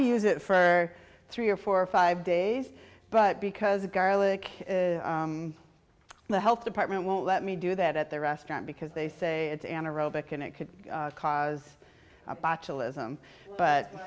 use it for three or four or five days but because of garlic the health department won't let me do that at the restaurant because they say it's anaerobic and it could cause botulism but